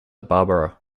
barbara